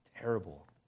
Terrible